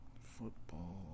Football